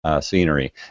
scenery